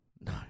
No